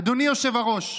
אדוני היושב-ראש,